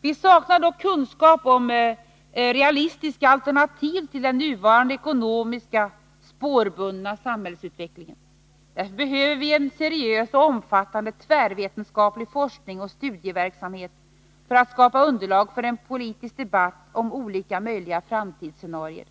Vi saknar dock kunskap om realistiska alternativ till den nuvarande ekonomiska spårbundna samhällsutvecklingen. Därför behöver vi en seriös och omfattande tvärvetenskaplig forskning och studieverksamhet för att skapa underlag för en politisk debatt om olika möjliga framtidsscenarier.